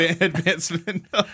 advancement